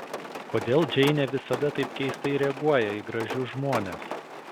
kodėl džeinė visada taip keistai reaguoja į gražius žmones